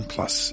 Plus